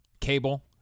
Cable